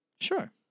Sure